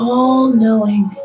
All-Knowing